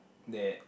that